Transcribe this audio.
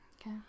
Okay